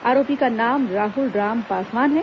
आरोपी का नाम राहल राम पासवान है